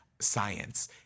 science